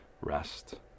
rest